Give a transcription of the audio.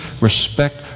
respect